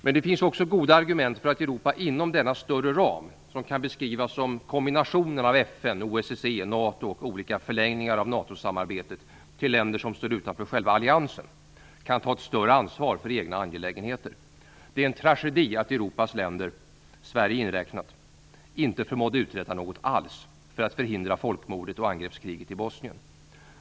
Men det finns också goda argument för att Europa inom denna större ram, som kan beskrivas som kombinationen av FN, OSSE, NATO och olika förlängningar av NATO-samarbetet till länder som står utanför själva alliansen, kan ta ett större ansvar för egna angelägenheter. Det är en tragedi att Europas länder, Sverige inräknat, inte förmådde uträtta något alls för att förhindra folkmordet och angreppskriget i Bosnien.